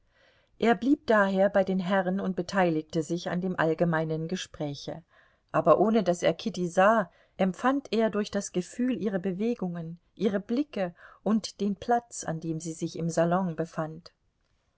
er blieb daher bei den herren und beteiligte sich an dem allgemeinen gespräche aber ohne daß er kitty sah empfand er durch das gefühl ihre bewegungen ihre blicke und den platz an dem sie sich im salon befand